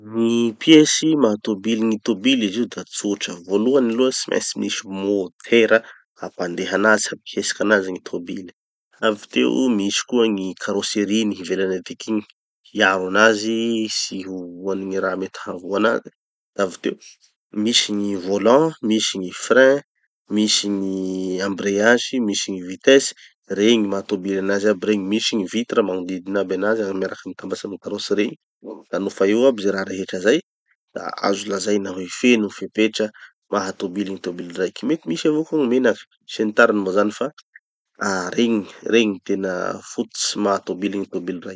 gny pieces maha tobily gny tobily izy io da tsotra. Voalohany aloha tsy maintsy misy motera hapandeha anazy hampihetsiky anazy gny tobily. Avy teo misy koa gny carosserieny ivelany atiky igny, hiaro anazy tsy ho voan'ny gny raha mety hahavoa anazy, da avy teo misy gny volant, misy gny freins, misy gny embraillage, misy gny vitesse. Regny maha tobily anazy aby regny, misy gny vitres magnodidy aby anazy miaraky mitambatry amy carosserie. Nofa eo aby ze raha rehetra zay, da azo lazaina hoe feno gny fepetra maha tobily gny tobily raiky. Mety misy avao koa gny menaky, sy ny tariny moa zany fa ah regny regny gny tena fototsy maha tobily gny tobily raiky.